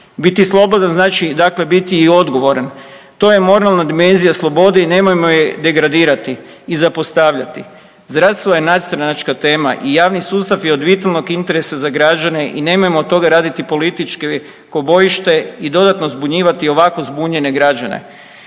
Biti slobodan znači dakle biti i odgovoran. To je moralna dimenzija slobode i nemojmo je degradirati i zapostavljati. Zdravstvo je nadstranačka tema i javni sustav je od vitalnog interesa za građane i nemojmo od toga raditi političko bojište i dodatno zbunjivati i ovako zbunjene građene.